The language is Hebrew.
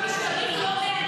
לא הפיכה משטרית, לא מעניין.